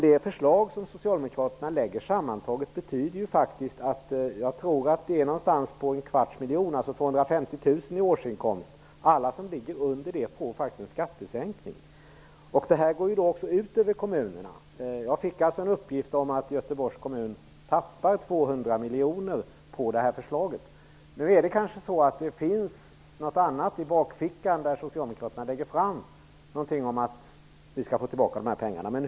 De förslag som Socialdemokraterna lägger fram innebär faktiskt att alla som har en årsinkomst som understiger 250 000 kr får en skattesänkning. Det går ut över kommunerna. Jag fick en uppgift om att Göteborgs kommun förlorar 200 miljoner på det här förslaget. När Socialdemokraterna lade fram förslaget kanske de hade någon idé i bakfickan om hur man skall få tillbaka pengarna.